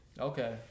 Okay